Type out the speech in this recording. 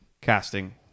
casting